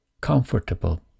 comfortable